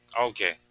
okay